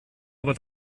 aber